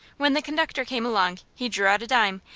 when the conductor came along, he drew out a dime,